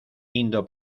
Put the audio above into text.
indo